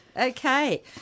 okay